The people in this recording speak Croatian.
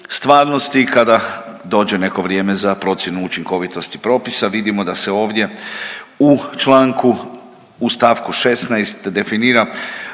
stvarnosti kada dođe neko vrijeme za procjenu učinkovitosti propisa. Vidimo da se ovdje u čl., u st. 16. definira